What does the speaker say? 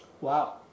Wow